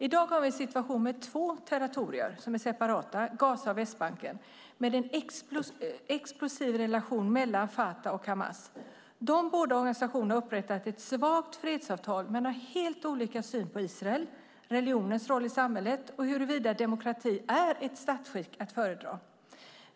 I dag har vi en situation med två separata territorier, Gaza och Västbanken, med en explosiv relation mellan Fatah och Hamas. De båda organisationerna har upprättat ett svagt fredsavtal men har helt olika syn på Israel, religionens roll i samhället och huruvida demokrati är ett statsskick att föredra.